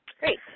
Great